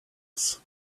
else